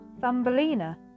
Thumbelina